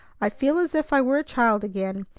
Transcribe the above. i feel as if i were a child again.